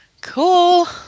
cool